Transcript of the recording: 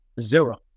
zero